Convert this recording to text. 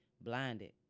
blinded